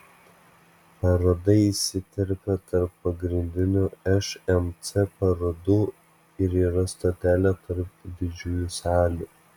paroda įsiterpia tarp pagrindinių šmc parodų ir yra stotelė tarp didžiųjų salių